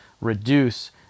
reduce